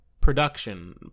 production